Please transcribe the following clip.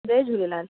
Jay Jhulelal